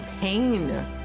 pain